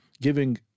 giving